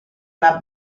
una